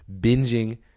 binging